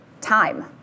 time